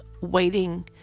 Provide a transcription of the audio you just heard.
waiting